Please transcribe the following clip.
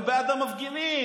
הם בעד המפגינים.